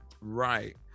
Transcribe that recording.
Right